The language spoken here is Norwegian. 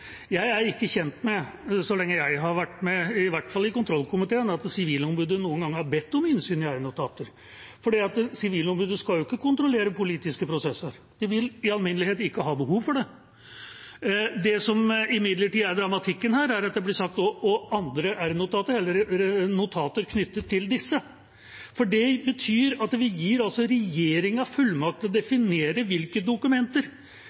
ikke kjent med, i hvert fall ikke så lenge jeg har vært med i kontrollkomiteen, at Sivilombudet noen gang har bedt om innsyn i r-notater, for Sivilombudet skal jo ikke kontrollere politiske prosesser. De vil i alminnelighet ikke ha behov for det. Det som imidlertid utgjør dramatikken her, er at det blir sagt rnotater og notater knyttet til disse. Det betyr at vi gir regjeringa fullmakt til å definere hvilke dokumenter